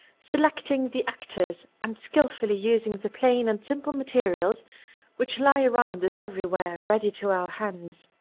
selecting the actors, and skilfully using the plain and simple materials which lie around us everywhere ready to our hands.